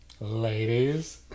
ladies